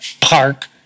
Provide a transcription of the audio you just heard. Park